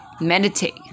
meditate